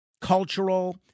cultural